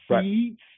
seeds